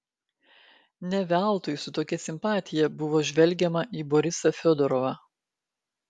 ne veltui su tokia simpatija buvo žvelgiama į borisą fiodorovą